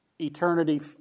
eternity